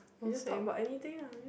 you just talk about anything ah